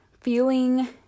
feeling